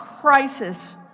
crisis